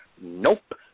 nope